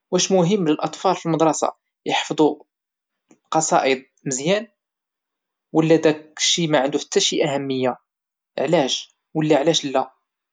واش مهم للاطفال في المدرسة يحفظوا قصائد مزيان ولا ذاك الشيء ما عنده حتى شي اهمية علاش ولا علاش لا؟